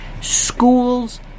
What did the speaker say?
Schools